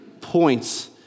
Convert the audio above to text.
points